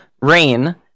Rain